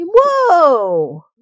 Whoa